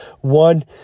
One